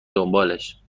دنبالش